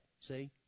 see